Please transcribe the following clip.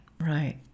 right